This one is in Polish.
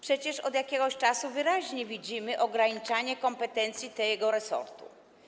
Przecież od jakiegoś czasu wyraźnie widzimy ograniczanie kompetencji tego resortu.